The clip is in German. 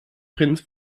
prinz